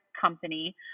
company